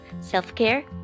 self-care